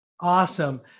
Awesome